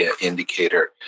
indicator